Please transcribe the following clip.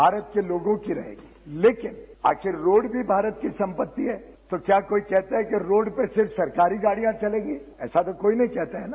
भारत के लोगों की रहेगी लेकिन आखिर रोड़ भी भारत की संपत्ति है तो क्या कोई कहता है कि रोड़ पे सिर्फ सरकारी गाडियां चलेगी ऐसा तो कोई नहीं कहता हैं न